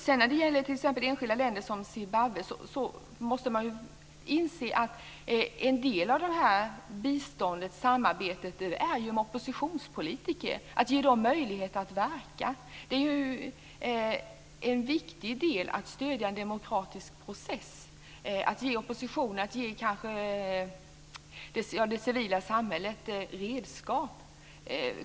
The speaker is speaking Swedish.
Sedan har vi de enskilda länderna, t.ex. Zimbabwe. En del av samarbetet i biståndet är med oppositionspolitiker, dvs. att ge dem möjligheter att verka. Det är en viktig del att stödja en demokratisk process, att ge oppositionen och det civila samhället redskap.